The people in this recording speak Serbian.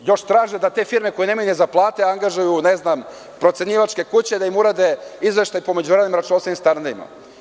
Još traže da te firme, koje nemaju ni za plate, angažuju procenjivačke kuće da im urade izveštaj po međunarodnim računovodstvenim standardima.